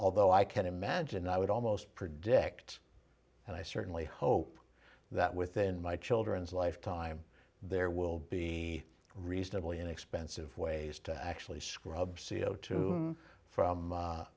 although i can imagine i would almost predict and i certainly hope that within my children's lifetime there will be reasonably inexpensive ways to actually scrub c o two from a